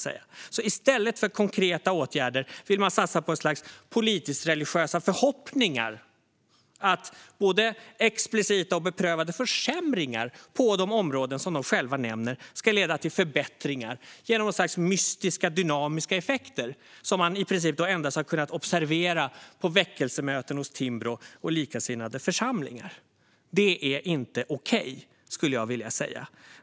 I stället för konkreta åtgärder vill man satsa på ett slags politiskt-religiösa förhoppningar om att både explicita och beprövade försämringar, på de områden som man själva nämner, ska leda till förbättringar. Det ska ske genom någon sorts mystiska dynamiska effekter som i princip endast har kunnat observeras på väckelsemöten hos Timbro och likasinnade församlingar. Det är inte okej.